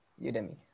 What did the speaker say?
Udemy